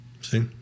See